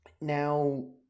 Now